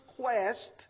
quest